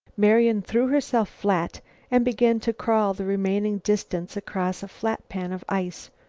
marian threw herself flat and began to crawl the remaining distance across a flat pan of ice.